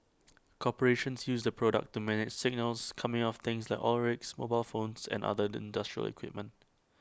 corporations use the product to manage signals coming off things like oil rigs mobile phones and other industrial equipment